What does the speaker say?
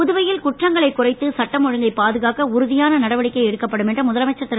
புதுவையில் குற்றங்களை குறைத்து சட்டம் ஒழுங்கை பாதுகாக்க உறுதியான நடவடிக்கை எடுக்கப்படும் என்று முதலமைச்சர் திரு